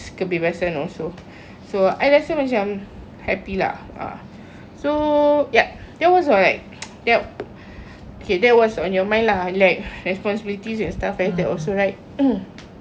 kebebasan also so I rasa macam happy lah ha so ya that was why ya okay that was on your mind lah like responsibilities and stuff like that also right